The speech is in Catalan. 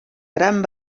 gran